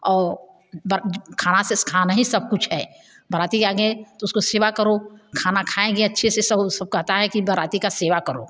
और खाना से खाना ही सब कुछ है बराती के आगे तो उसको सेवा करो खाना खाएंगे अच्छे से सब सब कहते हैं कि बराती की सेवा करो